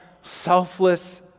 selfless